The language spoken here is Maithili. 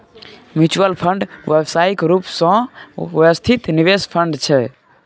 म्युच्युल फंड व्यावसायिक रूप सँ व्यवस्थित निवेश फंड छै